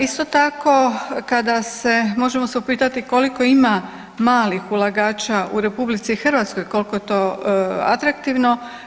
Isto tako možemo se upitati koliko ima malih ulagača u RH koliko je to atraktivno?